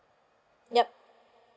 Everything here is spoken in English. yup